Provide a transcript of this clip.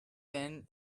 been